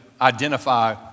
identify